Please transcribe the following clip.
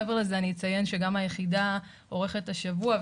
מעבר לזה אני אציין שגם היחידה עורכת השבוע,